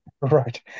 Right